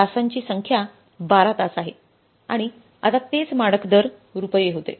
तासांची संख्या १२ तास आहे आणि आता तेच मानक दर रुपये होते